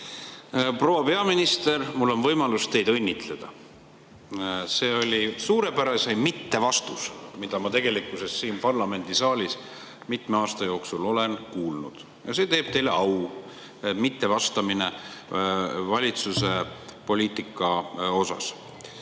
Proua peaminister, mul on võimalus teid õnnitleda. See oli suurepäraseim mittevastus, mida ma tegelikkuses siin parlamendisaalis mitme aasta jooksul olen kuulnud. See teeb teile au. Mittevastamine valitsuse poliitika kohta